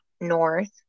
north